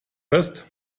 fest